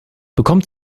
bekommt